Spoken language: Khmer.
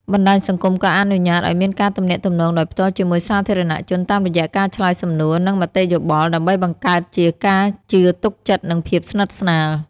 បណ្តាញសង្គមក៏អនុញ្ញាតឲ្យមានការទំនាក់ទំនងដោយផ្ទាល់ជាមួយសាធារណជនតាមរយៈការឆ្លើយសំណួរ និងមតិយោបល់ ដើម្បីបង្កើតជាការជឿទុកចិត្តនិងភាពស្និទ្ធស្នាល។